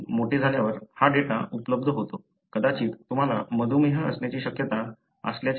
तुम्ही मोठे झाल्यावर हा डेटा उपलब्ध होतो कदाचित तुम्हाला मधुमेह असण्याची शक्यता असल्याचे सांगितले जाते